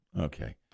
Okay